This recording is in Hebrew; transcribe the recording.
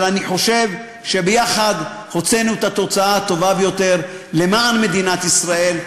אבל אני חושב שביחד הוצאנו את התוצאה הטובה ביותר למען מדינת ישראל.